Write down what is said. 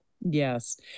yes